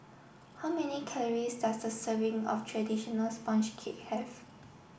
how many calories does a serving of traditional sponge cake have